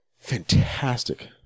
Fantastic